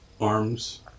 arms